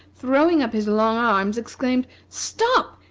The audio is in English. throwing up his long arms, exclaimed stop!